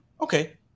Okay